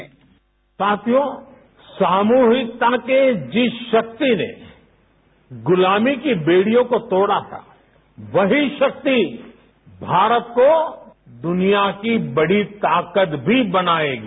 sound bite साथियों सामूहिकता की जिस शक्ति ने गुलामी की बेडियों को तोड़ा था वहीं शक्ति भारत को दूनिया की बड़ी ताकत भी बनायेगी